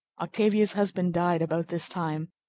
octavia's husband died about this time,